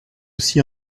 aussi